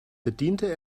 bediente